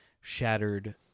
shattered